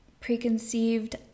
preconceived